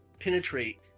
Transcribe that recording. penetrate